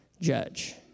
judge